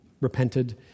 repented